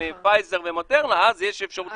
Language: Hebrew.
החיסונים של פייזר ומודרנה אז יש אפשרות לבחור.